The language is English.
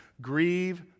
Grieve